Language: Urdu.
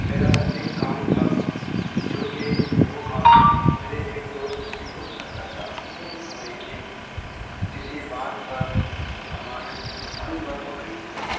میرا ایک کام تھا جو کہ وہ کام مرے ایک دوست سے ہی ہوسکتا تھا لیکن کسی بات پر ہماری ان بن ہوگئی تھی